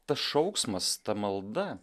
tas šauksmas ta malda